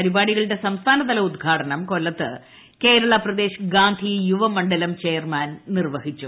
പരിപ്പാട്ടികളുടെ സംസ്ഥാനതല ഉദ്ഘാടനം കൊല്ലത്ത് കേരള പ്രദ്ദേശ്പിഗാന്ധി യുവമണ്ഡലം ചെയർമാൻ നിർവ്വഹിച്ചു